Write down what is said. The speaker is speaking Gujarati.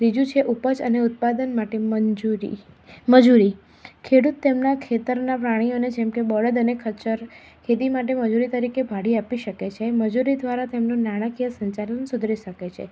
ત્રીજું છે ઉપજ અને ઉત્પાદન માટે મંજૂરી મજૂરી ખેડૂત તેમના ખેતરના પ્રાણીઓને જેમ કે બળદ અને ખચ્ચર ખેતી માટે મજૂરી તરીકે ભાડે આપી શકે છે મજૂરી દ્વારા તેમનું નાણાંકીય સંચાલન સુધરી શકે છે